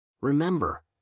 Remember